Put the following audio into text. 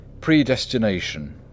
Predestination